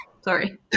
Sorry